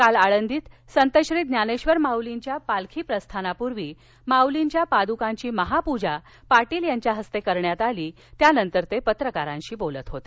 काल आळंदीत संत श्री ज्ञानेश्वर माउलींच्या पालखी प्रस्थानापूर्वी माउलींच्या पाद्कांची महापूजा पाटील यांच्या हस्ते करण्यात आली त्यानंतर पत्रकारांशी ते बोलत होते